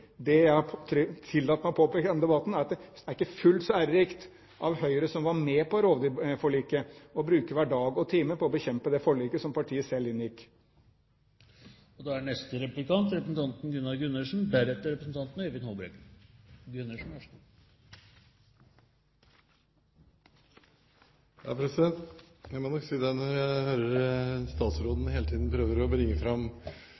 Det jeg har tillatt meg å påpeke i denne debatten, er at det ikke er fullt så ærerikt av Høyre, som var med på rovdyrforliket, å bruke hver dag og time på å bekjempe det forliket som partiet selv var med på å inngå. Jeg må nok si at når jeg hører statsråden hele tiden prøver å bringe fram